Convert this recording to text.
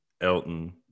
Elton